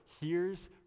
hears